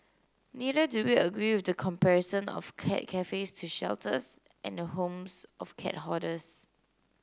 neither do we agree with the comparison of cat cafes to shelters and the homes of cat hoarders